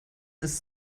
ist